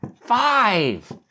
Five